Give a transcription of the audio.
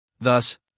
Thus